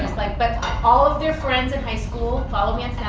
like, but all of their friends in high school follow me on